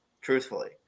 truthfully